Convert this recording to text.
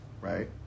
right